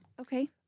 Okay